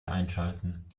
einschalten